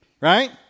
Right